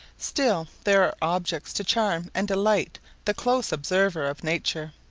still there are objects to charm and delight the close observer of nature.